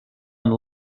and